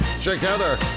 together